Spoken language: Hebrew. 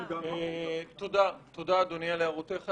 תודה אדוני על הערותיך.